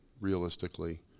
realistically